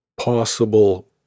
possible